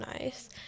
nice